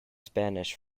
spanish